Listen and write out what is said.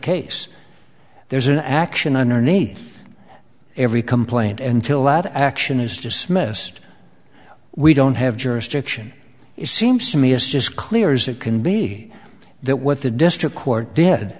case there's an action underneath every complaint and till last action is dismissed we don't have jurisdiction it seems to me as just clears it can be that what the district court did